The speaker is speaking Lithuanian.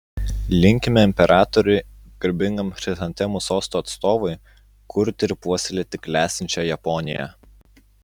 linkime imperatoriui garbingam chrizantemų sosto atstovui kurti ir puoselėti klestinčią japoniją